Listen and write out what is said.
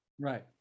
right